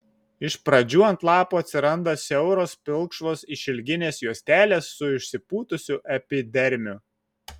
iš pradžių ant lapų atsiranda siauros pilkšvos išilginės juostelės su išsipūtusiu epidermiu